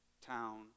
town